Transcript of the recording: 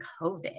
COVID